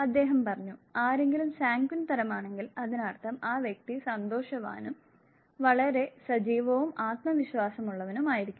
അദ്ദേഹം പറഞ്ഞു ആരെങ്കിലും സാൻഗ്വിൻ തരമാണെങ്കിൽ അതിനർത്ഥം ആ വ്യക്തി സന്തോഷവാനും വളരെ സജീവവും ആത്മവിശ്വാസമുള്ളവനും ആയിരിക്കും